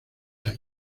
hay